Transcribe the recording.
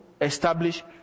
establish